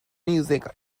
music